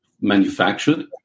manufactured